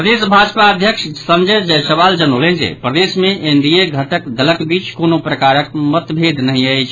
प्रदेश भाजपा अध्यक्ष संजय जायसवाल जनौलनि जे प्रदेश मे एनडीएक घटक दलक बीच कोनो प्रकारक मतभेद नहि अछि